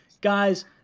guys